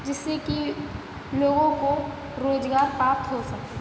जिससे कि लोगों को रोजगार प्राप्त हो सके